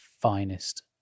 finest